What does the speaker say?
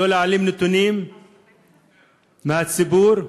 נתונים מהציבור,